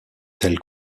telle